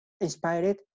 inspired